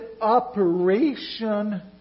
operation